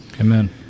Amen